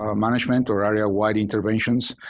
ah management or area-wide interventions,